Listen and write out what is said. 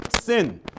Sin